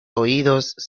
oídos